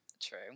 True